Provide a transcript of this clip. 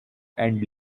and